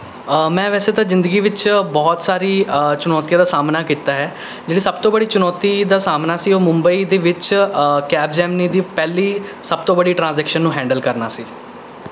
ਮੈਂ ਵੈਸੇ ਤਾਂ ਜ਼ਿੰਦਗੀ ਵਿੱਚ ਬਹੁਤ ਸਾਰੀ ਚੁਣੌਤੀਆਂ ਦਾ ਸਾਹਮਣਾ ਕੀਤਾ ਹੈ ਜਿਹੜੀ ਸਭ ਤੋਂ ਬੜੀ ਚੁਣੌਤੀ ਦਾ ਸਾਹਮਣਾ ਸੀ ਉਹ ਮੁੰਬਈ ਦੇ ਵਿੱਚ ਕੈਬਜੈਮਨੀ ਦੀ ਪਹਿਲੀ ਸਭ ਤੋਂ ਬੜੀ ਟ੍ਰਾਜੈਕਸ਼ਨ ਨੂੰ ਹੈਂਡਲ ਕਰਨਾ ਸੀ